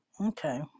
Okay